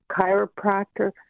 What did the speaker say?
chiropractor